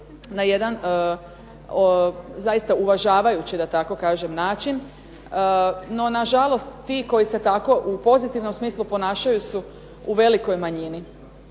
na jedan zaista uvažavajući da tako kažem način. No, na žalost ti koji se tako u pozitivnom smislu ponašaju su u velikoj manjini.